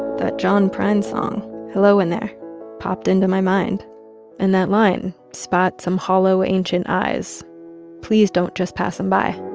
that john prine song hello in there popped into my mind and that line spot some hollow ancient eyes please don't just pass them by.